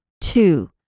Two